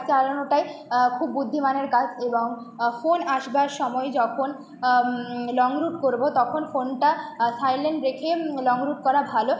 চালানোটাই খুব বুদ্ধিমানের কাজ এবং ফোন আসবার সময় যখন লং রুট করবো তখন ফোনটা সাইলেন্ট রেখে লং রুট করা ভালো